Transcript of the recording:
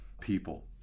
people